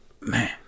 Man